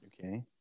Okay